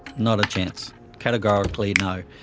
not a chance. categorically no.